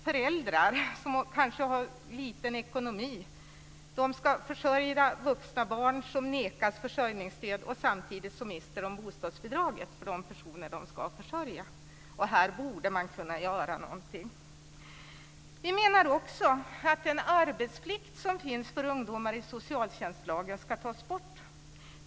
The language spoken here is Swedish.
Föräldrar som kanske har liten ekonomi ska försörja vuxna barn som nekas försörjningsstöd, och samtidigt mister de bostadsbidraget för de personer som de ska försörja. Här borde man kunna göra någonting. Vi menar också att den arbetsplikt för ungdomar som finns i socialtjänstlagen ska tas bort.